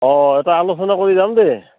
অঁ এটা আলোচনা কৰি যাম দেই